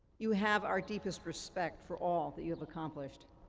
you have our deepest respect for all that you have accomplished.